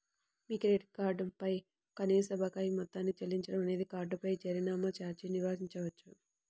మీ credit card పై కనీస బకాయి మొత్తాన్ని చెల్లించడం అనేది కార్డుపై జరిమానా ఛార్జీని నివారించవచ్చు